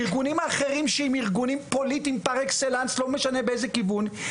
ארגונים האחרים שהם ארגונים פוליטיים פר אקסלנס לא משנה באיזה כיוון,